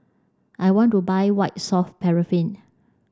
I want to buy White Soft Paraffin